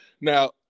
now